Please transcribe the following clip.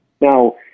Now